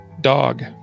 dog